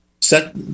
set